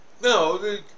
No